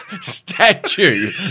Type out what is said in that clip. statue